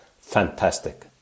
fantastic